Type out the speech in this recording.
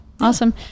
Awesome